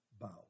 bow